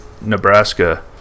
Nebraska